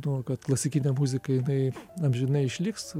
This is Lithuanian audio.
to kad klasikinė muzika jinai amžinai išliks